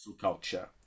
culture